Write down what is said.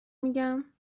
میگم